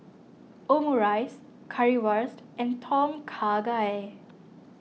Omurice Currywurst and Tom Kha Gai